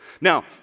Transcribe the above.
Now